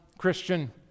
Christian